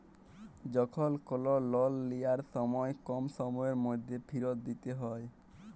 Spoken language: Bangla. যখল কল লল লিয়ার সময় কম সময়ের ম্যধে ফিরত দিইতে হ্যয়